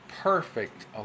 perfect